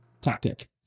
tactic